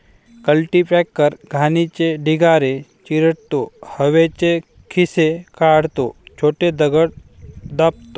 cultipacker घाणीचे ढिगारे चिरडतो, हवेचे खिसे काढतो, छोटे दगड दाबतो